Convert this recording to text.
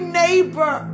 neighbor